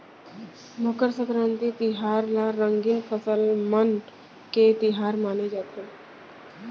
मकर संकरांति तिहार ल रंगीन फसल मन के तिहार माने जाथे